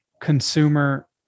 consumer